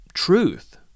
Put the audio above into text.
truth